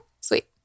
sweet